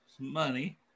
money